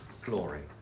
glory